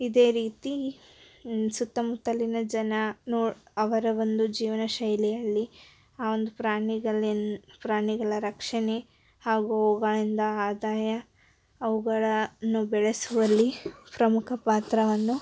ಇದೇ ರೀತಿ ಸುತ್ತಮುತ್ತಲಿನ ಜನ ನೋಡಿ ಅವರ ಒಂದು ಜೀವನಶೈಲಿಯಲ್ಲಿ ಆ ಒಂದು ಪ್ರಾಣಿಗಲಿನ್ ಪ್ರಾಣಿಗಳ ರಕ್ಷಣೆ ಹಾಗೂ ಅವುಗಳಿಂದ ಆದಾಯ ಅವ್ಗಳನ್ನು ಬೆಳೆಸುವಲ್ಲಿ ಪ್ರಮುಖ ಪಾತ್ರವನ್ನು